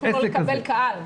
אסור לו לקבל קהל.